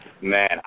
man